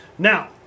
Now